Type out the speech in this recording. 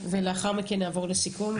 ולאחר מכן נעבור לסיכום,